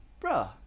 bruh